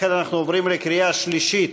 לכן אנחנו עוברים לקריאה שלישית.